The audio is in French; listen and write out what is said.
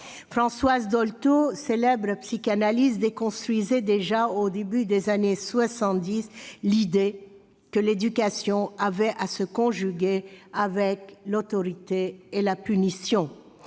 Françoise Dolto, célèbre psychanalyste, déconstruisait déjà, au début des années soixante-dix, l'idée que l'éducation devait se conjuguer avec l'autorité et la punition.